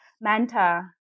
Manta